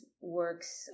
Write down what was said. works